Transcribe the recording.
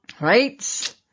right